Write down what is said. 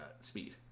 speed